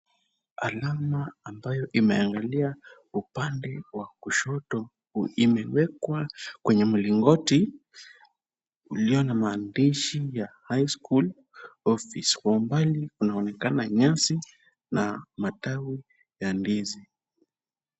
Alama ambayo imeangalia upande wa kushoto, imewekwa kwenye mlingoti ulio na maandishi ya high school office . Kwa umbali kunaonekana nyasi na matawi ya ndizi.